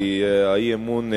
כי האי-אמון,